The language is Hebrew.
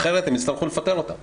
אחרת הם יצטרכו לפטר אותם.